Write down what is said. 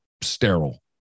sterile